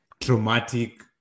traumatic